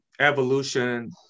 evolution